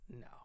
no